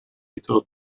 italo